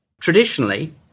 Traditionally